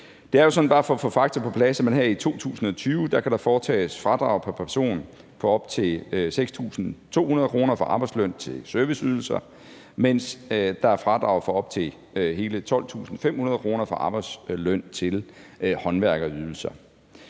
i 2020 kan foretages et fradrag pr. person på op til 6.200 kr. for arbejdsløn til serviceydelser, mens der er et fradrag på op til hele 12.500 kr. for arbejdsløn til håndværkerydelser.